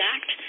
Act